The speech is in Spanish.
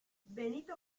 benito